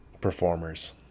performers